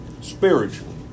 spiritually